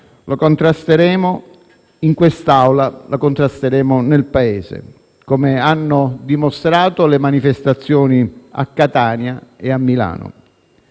La contrasteremo in questa Aula e la contrasteremo nel Paese, come hanno dimostrato le manifestazioni a Catania e a Milano.